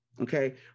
Okay